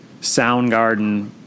Soundgarden